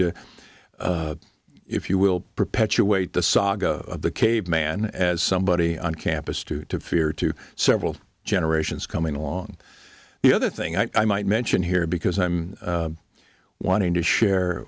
to if you will perpetuate the saga of the caveman as somebody on campus to to fear to several generations coming along the other thing i might mention here because i'm wanting to share